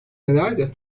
nelerdi